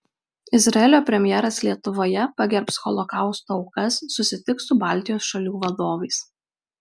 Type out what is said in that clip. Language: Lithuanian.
izraelio premjeras lietuvoje pagerbs holokausto aukas susitiks su baltijos šalių vadovais